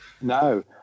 no